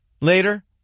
later